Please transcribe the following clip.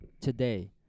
today